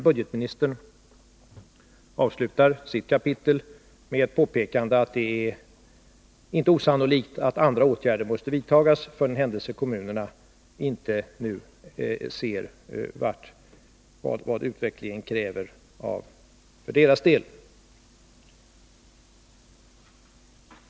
Budgetministern avslutar sitt kapitel med ett påpekande om att det inte är osannolikt att andra åtgärder måste vidtas, för den händelse kommunerna inte nu ser vad utvecklingen kräver för deras del.